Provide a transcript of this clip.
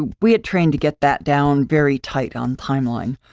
and we had trained to get that down very tight on timeline.